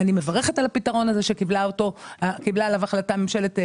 אני מברכת על הפתרון שקיבלה ממשלת השינוי.